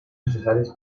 necessàries